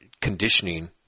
conditioning